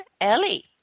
Ellie